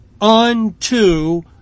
unto